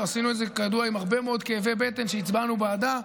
עשינו את זה כידוע עם הרבה מאוד כאבי בטן כשהצבענו בעדה.